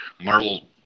Marvel